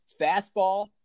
fastball